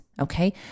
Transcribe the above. Okay